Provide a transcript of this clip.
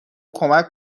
کمک